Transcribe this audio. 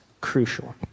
crucial